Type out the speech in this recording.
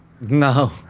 No